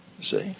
See